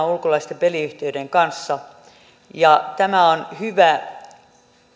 ulkolaisten peliyhtiöiden kanssa kilpailemaan tämä on hyvä